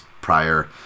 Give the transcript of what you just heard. prior